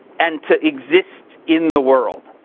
and to exist in the world.